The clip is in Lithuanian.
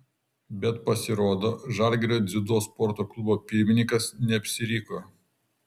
bet pasirodo žalgirio dziudo sporto klubo pirmininkas neapsiriko